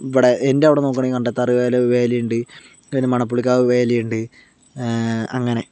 ഇവിടെ എൻ്റവിടെ നോക്കുകയാണെങ്കിൽ കണ്ടത്താറ് വേല വേലയുണ്ട് പിന്നെ മണപ്പുള്ളിക്കാവ് വേലയുണ്ട് അങ്ങനെ